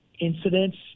incidents